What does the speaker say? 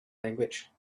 language